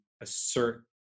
assert